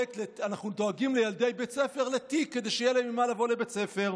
אנחנו דואגים לתיק כדי שיהיה להם עם מה לבוא לבית הספר.